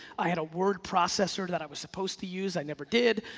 i had a word processor that i was supposed to use, i never did.